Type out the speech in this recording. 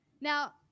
Now